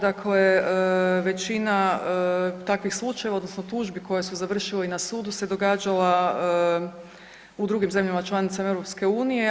Dakle, većina takvih slučajeva odnosno tužbi koji su završili na sudu se događala u drugim zemljama članicama EU.